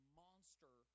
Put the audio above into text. monster